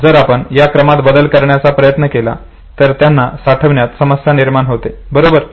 जर आपण या क्रमात बदल करण्याचा प्रयत्न केला तर त्यांना साठवण्यात समस्या निर्माण होतात बरोबर